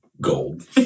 gold